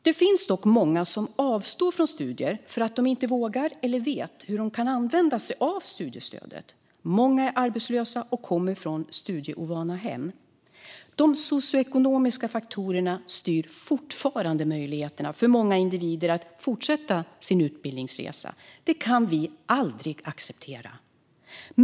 Det finns dock många som avstår från studier för att de inte vågar eller vet hur de kan använda sig av studiestödet. Många är arbetslösa och kommer från studieovana hem. De socioekonomiska faktorerna styr fortfarande möjligheterna för många individer att fortsätta sin utbildningsresa. Det kan vi aldrig acceptera!